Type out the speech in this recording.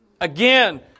Again